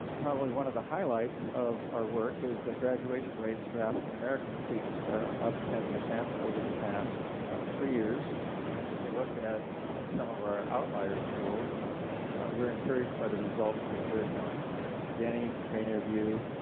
probably one of the highlights of our work is that graduation rates for african-american students are up ten percent over the past three years and as we look at some of our outlier schools we are encouraged by the results that they are showing at denny, rainier view